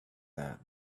that